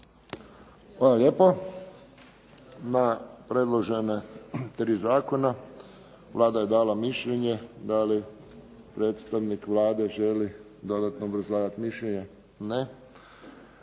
Hvala lijepo na predložena tri zakona. Vlada je dala mišljenje. Da li predstavnik Vlade želi dodatno obrazlagati mišljenje? Ne. Žele